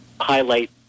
highlight